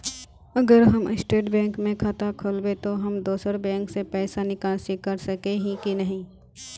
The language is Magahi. अगर हम स्टेट बैंक में खाता खोलबे तो हम दोसर बैंक से पैसा निकासी कर सके ही की नहीं?